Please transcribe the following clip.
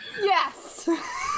Yes